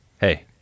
Hey